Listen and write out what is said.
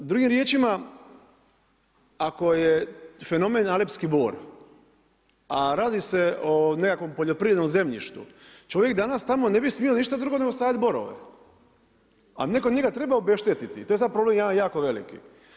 Drugim riječima, ako je fenomen Alepski bor a raid se o nekakvom poljoprivrednom zemljištu čovjek danas tamo ne bi smio ništa drugo nego saditi borove a netko njega treba obeštetiti, to je sada problem jedan jako veliki.